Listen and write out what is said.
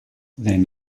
then